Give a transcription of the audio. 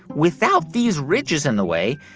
without these ridges in the way,